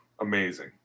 amazing